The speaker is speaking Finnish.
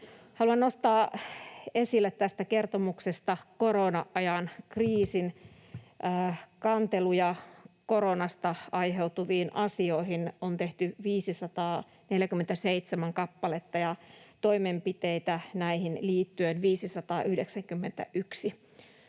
Haluan nostaa esille tästä kertomuksesta korona-ajan kriisin. Kanteluja koronasta aiheutuvista asioista on tehty 547 kappaletta ja toimenpiteitä näihin liittyen 591.